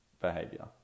behavior